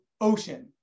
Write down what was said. ocean